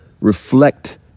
reflect